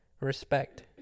respect